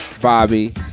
Bobby